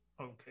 Okay